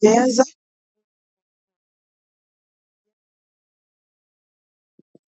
itarekebishwa itakua vizuri zaidi